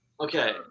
okay